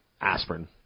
aspirin